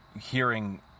hearing